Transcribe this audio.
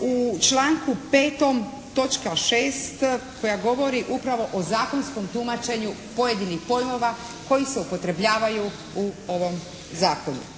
u članku 5. točka 6. koja govori upravo o zakonskom tumačenju pojedinih pojmova koji se upotrebljavaju u ovom zakonu.